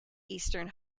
eastern